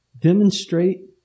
demonstrate